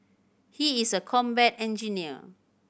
he is a combat engineer